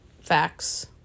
facts